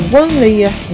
one-layer